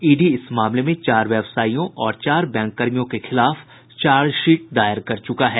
ED इस मामले में चार व्यवसायियों और चार बैंककर्मियों के खिलाफ चार्जशीट दायर कर चुका है